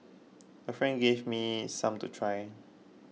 a friend gave me some to try